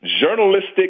journalistic